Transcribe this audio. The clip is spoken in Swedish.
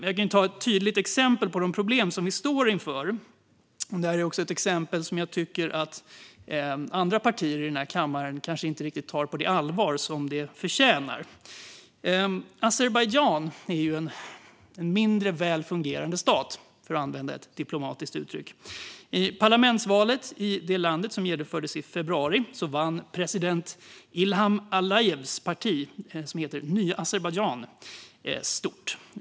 Låt mig ge ett tydligt exempel på de problem som vi står inför. Det är också ett exempel som jag tycker att andra partier i den här kammaren kanske inte riktigt tar på det allvar som det förtjänar. Azerbajdzjan är ju en mindre väl fungerande stat, för att använda ett diplomatiskt uttryck. I parlamentsvalet som genomfördes i februari vann president Ilham Alijevs parti, som heter Nya Azerbajdzjan, stort.